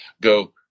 go